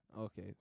Okay